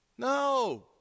No